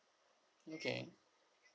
okay